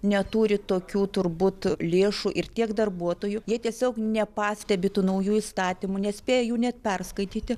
neturi tokių turbūt lėšų ir tiek darbuotojų jie tiesiog nepastebi tų naujų įstatymų nespėja jų net perskaityti